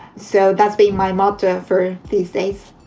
so that's been my motto for these days